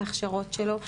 בהכשרות שלו,